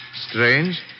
Strange